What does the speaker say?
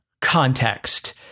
context